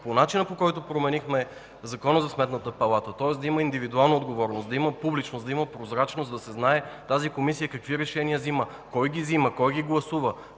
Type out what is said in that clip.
по начина, по който променихме Закона за Сметната палата. Тоест да има индивидуална отговорност, да има публичност, да има прозрачност, за да се знае тази Комисия какви решения взима, кой ги взима, кой ги гласува,